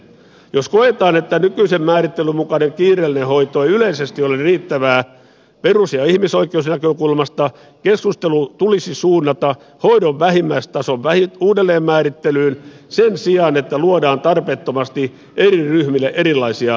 jos koetaan että nykyisen määrittelyn mukainen kiireellinen hoito ei yleisesti ole riittävää perus ja ihmisoikeusnäkökulmasta keskustelu tulisi suunnata hoidon vähimmäistason uudelleenmäärittelyyn sen sijaan että luodaan tarpeettomasti eri ryhmille erilaisia palvelun tasoja